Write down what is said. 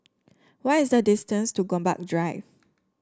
what is the distance to Gombak Drive